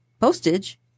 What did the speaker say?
postage